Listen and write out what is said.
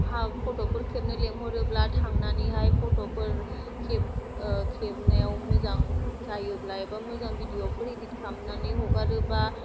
फट'फोर खेबनि लेंहरोब्ला थांनानैहाय फट'फोर खेब खेबनायाव मोजां जायोब्ला एबा मोजां भिडिअफोर एदित खालामनानै हगारोबा